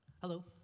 hello